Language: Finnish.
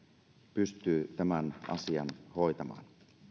pystyy tämän asian hoitamaan